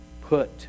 put